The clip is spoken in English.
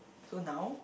so now